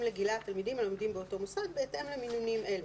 לגילי התלמידים הלומדים באותו מוסד בהתאם למינונים אלה,